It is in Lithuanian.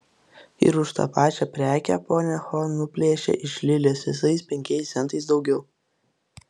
ir už tą pačią prekę ponia ho nuplėšė iš lilės visais penkiais centais daugiau